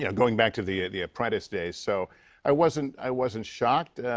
yeah going back to the the apprentice days, so i wasn't i wasn't shocked.